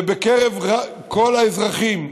ובקרב כל האזרחים.